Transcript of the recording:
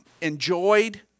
enjoyed